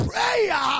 Prayer